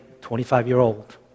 25-year-old